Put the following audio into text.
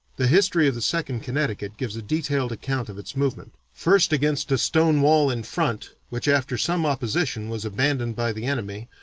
the history of the second connecticut gives a detailed account of its movement, first against a stone wall in front which after some opposition was abandoned by the enemy,